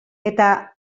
eta